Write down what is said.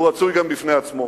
והוא רצוי גם בפני עצמו.